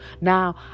now